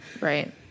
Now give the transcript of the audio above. right